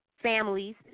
Families